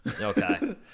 Okay